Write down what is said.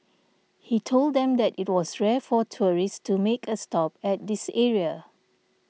he told them that it was rare for tourists to make a stop at this area